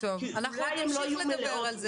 גם למבוגרים וגם לבני נוער,